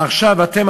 עכשיו אתם,